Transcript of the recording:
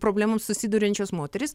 problemom susiduriančios moterys